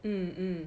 mm mm